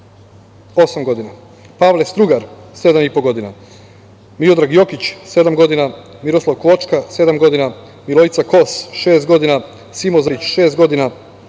osam godina, Pavle Strugar sedam i po godina, Miodrag Jokić sedam godina, Miroslav Kvočka sedam godina, Milojica Kos šest godina, Simo Zarić šest godina,